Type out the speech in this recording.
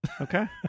okay